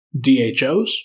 DHOs